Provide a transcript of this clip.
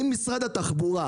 אם משרד התחבורה,